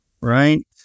right